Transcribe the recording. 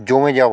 জমে যাওয়া